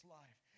life